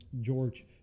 George